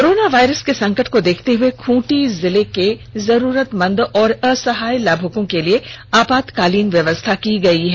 corona virus के संकट को देखते हुए खूंटी जिले के जरूरतमंद और असहाय लाभुकों के लिए आपातकालीन व्यवस्था की गई है